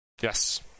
Yes